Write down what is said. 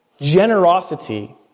Generosity